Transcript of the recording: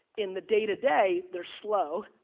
in the day-to-day, they're slow,